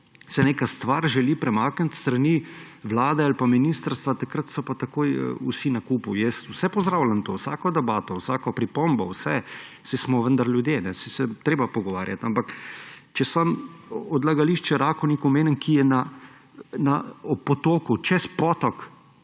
se neka stvar želi premakniti s strani vlade ali ministrstva, takrat so pa takoj vsi na kupu. Jaz vse pozdravljam, vsako debato, vsako pripombo, vse, saj smo vendarle ljudje. Saj se je treba pogovarjati. Ampak če samo odlagališče Rakovnik omenim, ki je ob potoku. Čez potok,